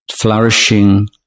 flourishing